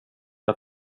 med